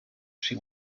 she